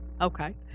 okay